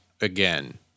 again